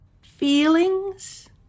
Feelings